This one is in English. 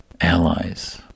allies